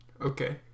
okay